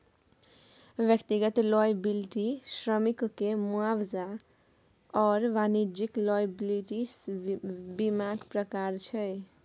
व्यक्तिगत लॉयबिलटी श्रमिककेँ मुआवजा आओर वाणिज्यिक लॉयबिलटी बीमाक प्रकार छै